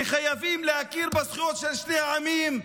שחייבים להכיר בזכויות של שני העמים.